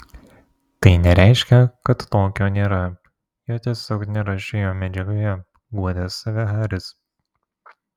tai nereiškia kad tokio nėra jo tiesiog nėra šioje medžiagoje guodė save haris